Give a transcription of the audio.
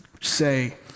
say